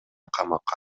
камакка